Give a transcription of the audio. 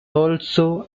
also